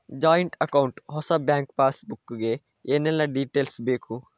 Joint account ಹೊಸ bank passbook ಗೆ ಏನೆಲ್ಲ ಡೀಟೇಲ್ಸ್ ಬೇಕು?